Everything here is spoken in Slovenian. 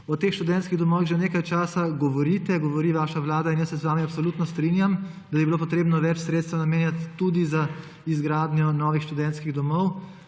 O teh študentskih domovih že nekaj časa govorite, govori vaša vlada in jaz se z vami absolutno strinjam, da bi bilo potrebno več sredstev namenjati tudi za izgradnjo novih študentskih domov,